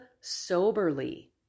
soberly